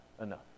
enough